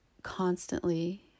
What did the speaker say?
Constantly